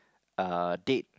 our date